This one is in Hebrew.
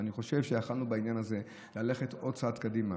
ואני חושב שיכולנו בעניין הזה ללכת עוד צעד קדימה.